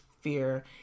fear